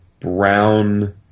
Brown